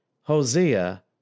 Hosea